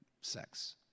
sex